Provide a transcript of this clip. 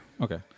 okay